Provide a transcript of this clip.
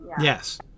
yes